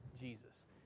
Jesus